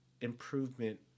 improvement